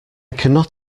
cannot